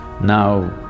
Now